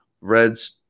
reds